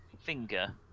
finger